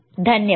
धन्यवाद